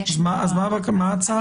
אז מה ההצעה כאן?